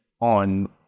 on